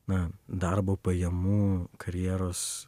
na darbo pajamų karjeros